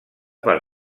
per